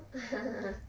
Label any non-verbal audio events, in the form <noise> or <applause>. <laughs>